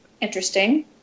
interesting